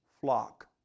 flock